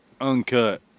uncut